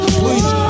please